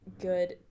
good